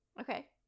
Okay